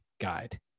guide